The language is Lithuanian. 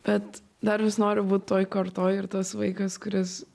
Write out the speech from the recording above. bet dar vis noriu būt toj kartoj ir tas vaikas kuris